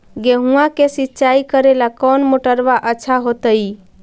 गेहुआ के सिंचाई करेला कौन मोटरबा अच्छा होतई?